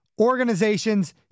organizations